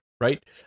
right